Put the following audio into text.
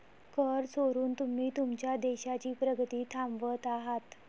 कर चोरून तुम्ही तुमच्या देशाची प्रगती थांबवत आहात